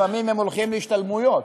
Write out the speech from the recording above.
לפעמים הם הולכים להשתלמויות,